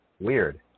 Weird